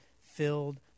filled